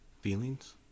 Feelings